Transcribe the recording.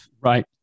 Right